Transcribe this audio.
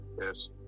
yes